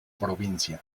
provincia